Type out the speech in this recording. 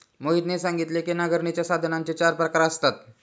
मोहितने सांगितले की नांगरणीच्या साधनांचे चार प्रकार असतात